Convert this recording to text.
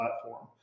platform